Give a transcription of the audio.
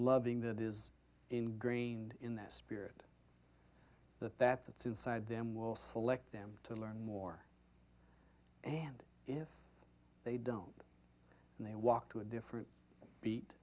loving that is ingrained in their spirit that that that's inside them will select them to learn more and if they don't and they walk to a different beat